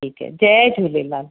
ठीकु है जय झूलेलाल